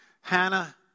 Hannah